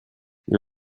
nie